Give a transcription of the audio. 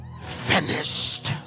finished